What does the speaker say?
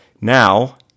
Now